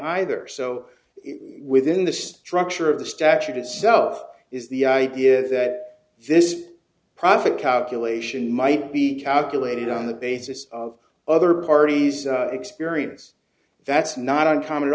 either so within the structure of the statute itself is the idea that this profit calculation might be calculated on the basis of other parties experience that's not uncommon at